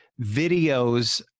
videos